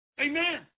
Amen